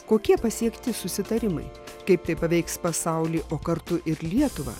kokie pasiekti susitarimai kaip tai paveiks pasaulį o kartu ir lietuvą